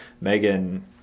Megan